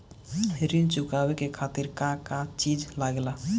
ऋण चुकावे के खातिर का का चिज लागेला?